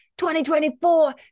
2024